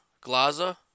Glaza